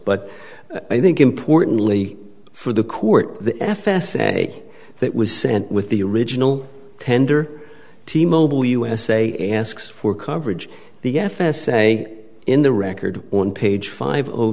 but i think importantly for the court the f s a that was sent with the original tender t mobile usa asks for coverage the f s a in the record on page five